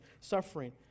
suffering